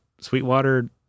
Sweetwater